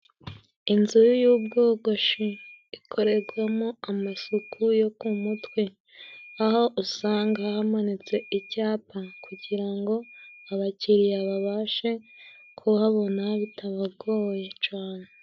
Inzu y'ubwogoshi ikorerwamo amasuku yo ku mutwe, aho usanga hamanitse icyapa, kugira ngo abakiriya babashe kuhabona bitabagoye cane.